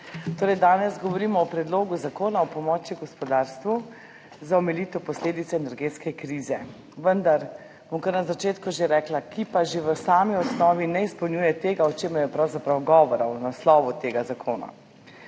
Danes govorimo o Predlogu zakona o pomoči gospodarstvu za omilitev posledic energetske krize, vendar bom že kar na začetku rekla, da že v sami osnovi ne izpolnjuje tega, o čemer je pravzaprav govora v naslovu tega zakona.